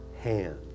hand